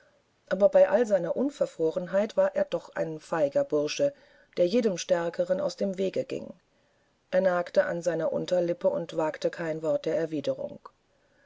aber bei all seiner unverfrorenheit war er doch ein feiger bursche der jedem stärkeren aus dem wege ging er nagte an seiner unterlippe und wagte kein wort der erwiderung